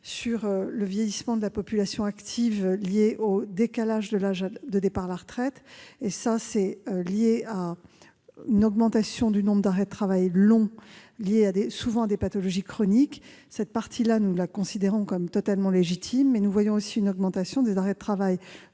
par le vieillissement de la population active lié au décalage de l'âge de départ à la retraite : il s'agit de l'augmentation du nombre d'arrêts de travail longs, souvent liés à des pathologies chroniques. Cette partie-là du phénomène, nous la considérons comme totalement légitime. Seulement, nous constatons aussi une augmentation des arrêts de travail de